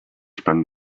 spent